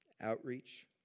Outreach